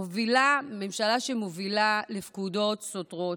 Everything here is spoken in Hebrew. ממשלה שמובילה לפקודות סותרות: